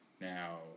Now